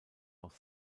auch